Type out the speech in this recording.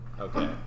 Okay